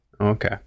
Okay